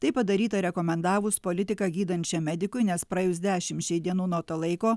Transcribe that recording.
tai padaryta rekomendavus politiką gydančiam medikui nes praėjus dešimčiai dienų nuo to laiko